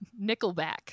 nickelback